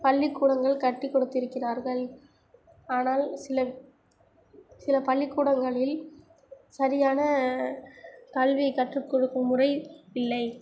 பள்ளிக் கூடங்கள் கட்டி கொடுத்துருக்கிறார்கள் ஆனால் சில சில பள்ளிக் கூடங்களில் சரியான கல்வியை கற்றுக் கொடுக்கும் முறை இல்லை